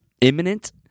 imminent